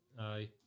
Aye